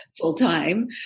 full-time